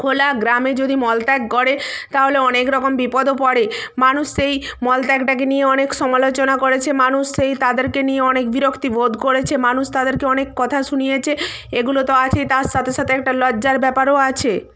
খোলা গ্রামে যদি মলত্যাগ করে তাহলে অনেক রকম বিপদেও পড়ে মানুষ সেই মল ত্যাগটাকে নিয়ে অনেক সমালোচনা করেছে মানুষ সেই তাদেরকে নিয়ে অনেক বিরক্তি বোধ করেছে মানুষ তাদেরকে অনেক কথা শুনিয়েছে এগুলো তো আছে তার সাথে সাথে একটা লজ্জার ব্যাপারও আছে